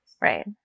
right